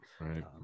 Right